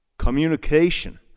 Communication